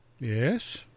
Yes